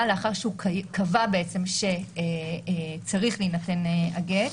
לאחר שהוא קבע בעצם שצריך להינתן הגט.